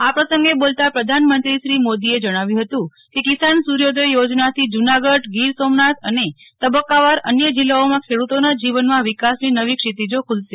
આ પ્રસંગે બોલતાં પ્રધાનમંત્રી શ્રીમોદીએ જણાવ્યું હતું કે કિસાન સુર્યોદય યોજનાથી જુનાગઢ ગીર સોમનાથ અને તબકકાવાર અન્યજીલ્લાઓમાં ખેડુતોના જીવનમાં વિકાસની નવી ક્ષિતિજો ખુલશે